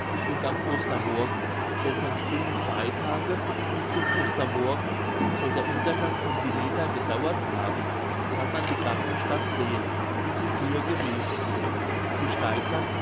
und am ostermorgen denn vom stillen freitage bis zum ostermorgen soll der untergang von wineta gedauert haben kann man die ganze stadt sehen wie sie früher gewesen ist sie steigt dann